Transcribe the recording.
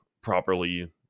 properly